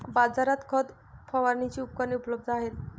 बाजारात खत फवारणीची उपकरणे उपलब्ध आहेत